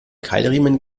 keilriemen